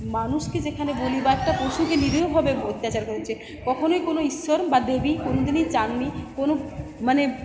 মানুষকে যেখানে বলি বা একটা পশুকে নিরীহভাবে অত্যাচার করা হচ্ছে কখনোই কোনো ঈশ্বর বা দেবী কোনো দিনই চাননি কোনো মানে